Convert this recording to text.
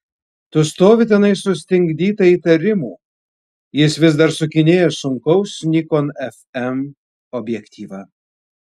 tu stovi tenai sustingdyta įtarimų jis vis dar sukinėja sunkaus nikon fm objektyvą